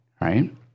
right